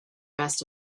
best